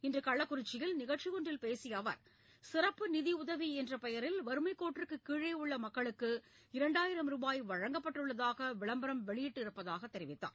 இன்று கள்ளக்குறிச்சியில் நிகழ்ச்சி ஒன்றில் பேசிய அவர் சிறப்பு நிதியுதவி என்ற பெயரில் வறுமைக்கோட்டிற்கு கீழே உள்ள மக்களுக்கு இரண்டாயிரம் ரூபாய் வழங்கப்பட்டுள்ளதாக விளம்பரம் வெளியிட்டு இருப்பதாக தெரிவித்தார்